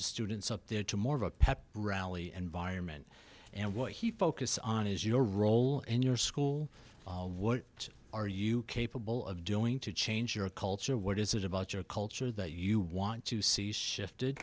of students up there to more of a pep rally and vironment and what he focused on is your role in your school what are you capable of doing to change your culture what is it about your culture that you want to see shifted